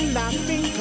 laughing